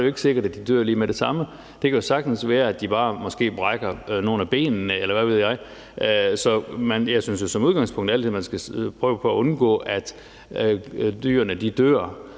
er det jo ikke sikkert, at de dør lige med det samme. Det kan sagtens være, at de måske bare brækker nogle af benene, eller hvad ved jeg. Jeg synes jo som udgangspunkt, at man altid skal prøve på at undgå, at dyrene dør.